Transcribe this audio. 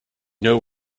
know